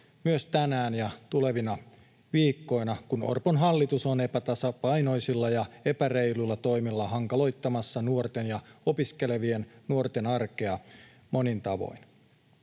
myös tänään ja tulevina viikkoina, kun Orpon hallitus on epätasapainoisilla ja epäreiluilla toimillaan hankaloittamassa nuorten ja opiskelevien nuorten arkea monin tavoin